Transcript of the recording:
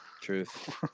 Truth